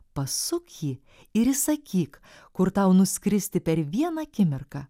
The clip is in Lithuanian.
pasuk jį ir įsakyk kur tau nuskristi per vieną akimirką